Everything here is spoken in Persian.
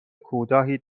کوتاهی